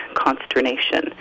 consternation